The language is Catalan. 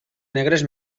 negres